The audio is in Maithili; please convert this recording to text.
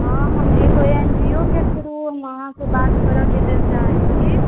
हँ हम एगो एनजीओके थ्रू हम अहाँसँ बात करैके लेल चाहै छी